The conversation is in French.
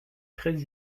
très